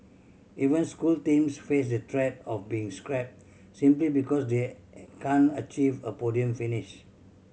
even school teams face the threat of being scrapped simply because they can't achieve a podium finish